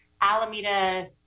alameda